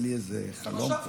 היה לי איזה חלום כזה.